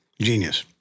Genius